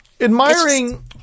Admiring